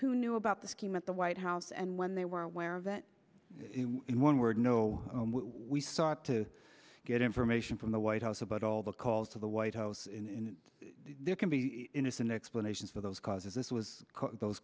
who knew about the scheme at the white house and when they were aware of that in one word no we sought to get information from the white house about all the calls of the white house in there can be innocent explanations for those causes this was those